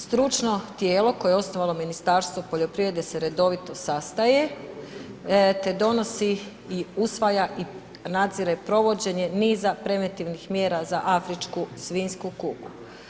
Stručno tijelo koje je osnovalo Ministarstvo poljoprivrede se redovito sastaje te donosi i usvaja i nadzire provođenje niza preventivnih mjera za afričku svinjsku kugu.